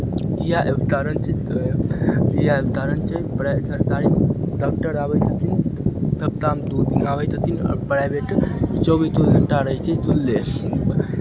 इएह तारण छै इएह तारण छै प्राइ थरकारी डाक्टर आबै छथिन थप्ताहमे दू दिन आबै छै आओर प्राइवेट चौबीसो घण्टा रहै छै खुलले